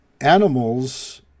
animals